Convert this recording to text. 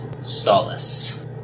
solace